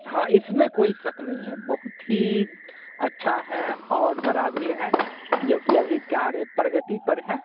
हाँ इसमें कोई शक नहीं है बहुत ही अच्छा है और बड़ा भी है जो कि अभी कार्य प्रगति पर है